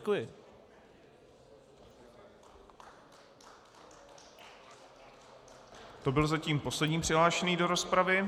To byl zatím poslední přihlášený do rozpravy.